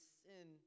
sin